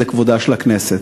וזה כבודה של הכנסת.